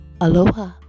Aloha